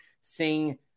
sing